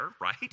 right